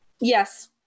Yes